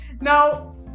now